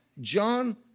John